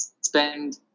spend